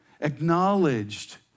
Acknowledged